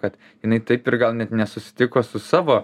kad jinai taip ir gal net nesusitiko su savo